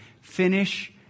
finish